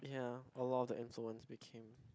ya a lot of the became